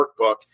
workbook